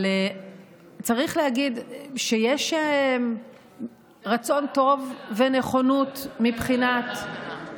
אבל צריך להגיד שיש רצון טוב ונכונות מבחינת,